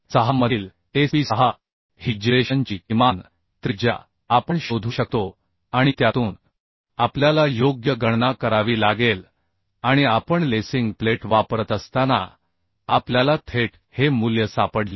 6 मधील SP6 ही जिरेशनची किमान त्रिज्या आपण शोधू शकतो आणि त्यातून आपल्याला योग्य गणना करावी लागेल आणि आपण लेसिंग प्लेट वापरत असताना आपल्याला थेट हे मूल्य सापडले